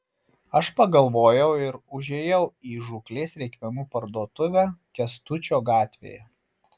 aš pagalvojau ir užėjau į žūklės reikmenų parduotuvę kęstučio gatvėje